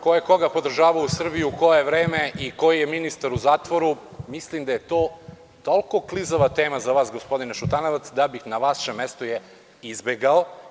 Ko je koga podržavao u Srbiji, u koje vreme i koji je ministar u zatvoru, mislim da je to toliko klizava tema za vas, gospodine Šutanovac, da bih je na vašem mestu izbegao.